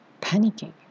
panicking